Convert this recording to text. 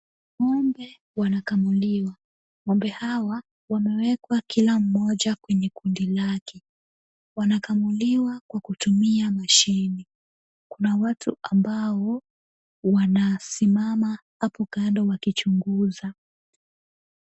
Ng'ombe wanakamuliwa, ng'ombe hawa wamewekwa kila mmoja kwenye kundi lake. Wanakamuliwa kwa kutumia mashini . Kuna watu ambao wanasimama hapo kando wakichunguza.